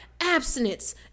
abstinence